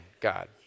God